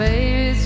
Baby